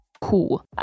cool